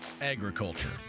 agriculture